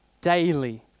daily